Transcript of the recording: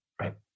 Right